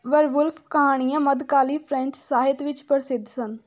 werewolf ਕਹਾਣੀਆਂ ਮੱਧਕਾਲੀ French ਸਾਹਿਤ ਵਿੱਚ ਪ੍ਰਸਿੱਧ ਸਨ